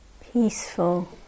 peaceful